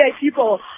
people